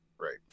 Right